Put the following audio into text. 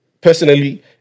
personally